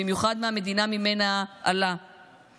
במיוחד מהמדינה שממנה עלה,